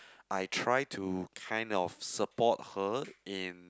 I try to kind of support her in